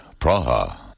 Praha